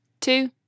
two